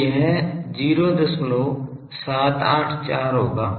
तो यह 0784 होगा